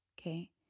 Okay